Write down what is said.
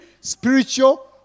spiritual